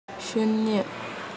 शुन्य